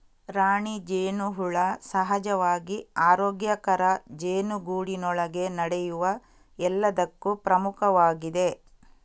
ರಾಣಿ ಜೇನುಹುಳ ಸಹಜವಾಗಿ ಆರೋಗ್ಯಕರ ಜೇನುಗೂಡಿನೊಳಗೆ ನಡೆಯುವ ಎಲ್ಲದಕ್ಕೂ ಪ್ರಮುಖವಾಗಿದೆ